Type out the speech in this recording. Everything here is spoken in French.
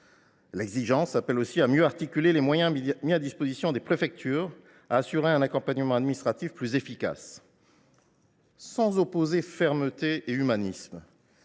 L’exigence appelle aussi à accroître les moyens mis à disposition des préfectures pour assurer un accompagnement administratif plus efficace. Sans opposer fermeté et humanisme,